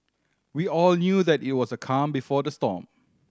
we all knew that it was the calm before the storm